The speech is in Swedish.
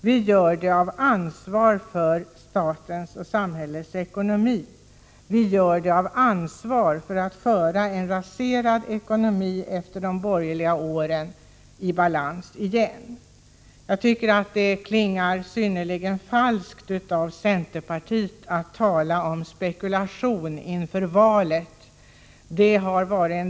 Vi gör det av ansvar för statens och samhällets ekonomi, och vi gör det av ansvar för att föra en raserad ekonomi efter de borgerliga åren i balans igen. Jag tycker att det klingar synnerligen falskt när centerpartiet talar om spekulation inför valet.